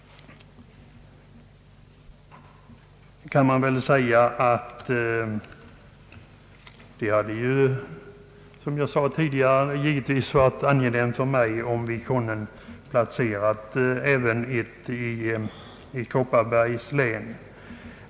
län. Det hade, som jag sade tidigare, givetvis varit angenämt för oss om vi kunnat placera även ett institut i Kopparbergs län.